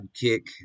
kick